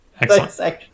Excellent